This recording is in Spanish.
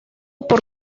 por